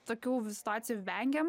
tokių situacijų vengiam